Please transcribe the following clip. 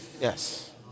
Yes